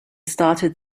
started